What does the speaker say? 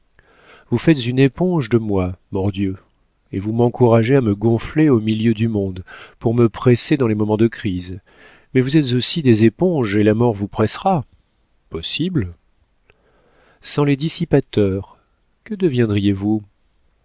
vous faites une éponge de moi mordieu et vous m'encouragez à me gonfler au milieu du monde pour me presser dans les moments de crise mais vous êtes aussi des éponges et la mort vous pressera possible sans les dissipateurs que deviendriez-vous